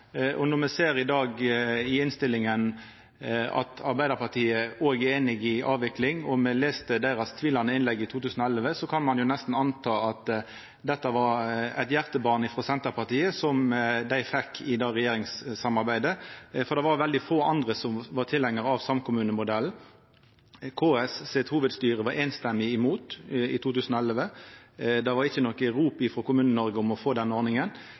Når me ser i innstillinga i dag at òg Arbeidarpartiet er einig i avvikling, og me har lese deira tvilande innlegg i 2011, kan ein nesten anta at dette var eit hjartebarn hos Senterpartiet, som dei fekk i det regjeringssamarbeidet, for veldig få andre var tilhengarar av samkommunemodellen. KS sitt hovudstyre var samrøystes imot i 2011 – det var ikkje noko rop frå Kommune-Noreg om å få denne ordninga.